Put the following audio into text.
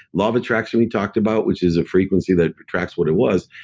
love attraction we talked about, which is a frequency that attracts what it was.